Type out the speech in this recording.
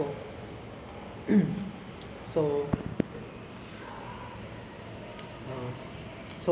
feel very uh sticky shower is the first thing I will do lah followed by probably going to